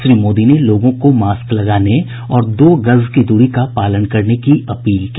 श्री मोदी ने लोगों को मास्क लगाने और दो गज की दूरी का पालन करने की अपील की